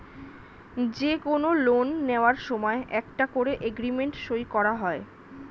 যে কোনো লোন নেয়ার সময় একটা করে এগ্রিমেন্ট সই করা হয়